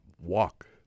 Walk